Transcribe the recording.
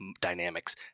dynamics